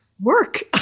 work